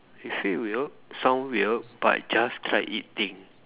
if it weird sound weird but just try it thing